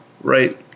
right